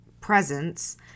presence